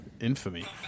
Infamy